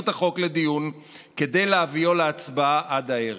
את החוק לדיון כדי להביאו להצבעה עד הערב.